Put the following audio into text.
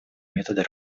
методы